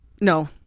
No